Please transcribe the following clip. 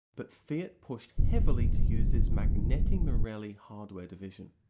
but fiat pushed heavily to use its magneti marelli hardware division.